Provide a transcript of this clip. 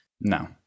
No